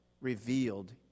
revealed